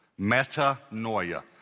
metanoia